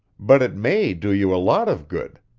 but it may do you a lot of good.